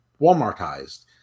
Walmartized